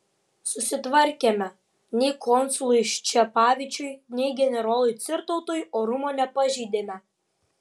susitvarkėme nei konsului ščepavičiui nei generolui cirtautui orumo nepažeidėme